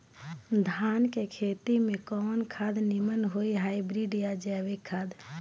धान के खेती में कवन खाद नीमन होई हाइब्रिड या जैविक खाद?